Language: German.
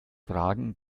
fragen